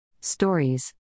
Stories